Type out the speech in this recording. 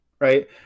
right